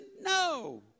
No